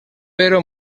però